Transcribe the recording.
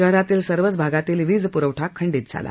शहरातील सर्वच भागातील वीज प्रवठा खंडीत झाला